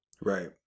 right